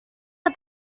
are